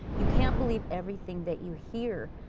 you can't believe everything that you hear,